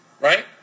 Right